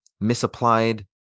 misapplied